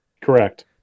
correct